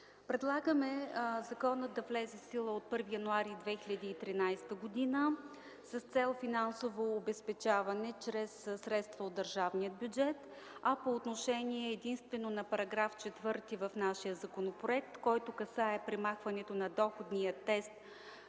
Предлагаме законът да влезе в сила от 1 януари 2013 г. с цел финансово обезпечаване чрез средства от държавния бюджет, а единствено по отношение на § 4 в нашия законопроект, който касае премахването на доходния тест